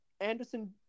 anderson